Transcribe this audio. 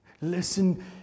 Listen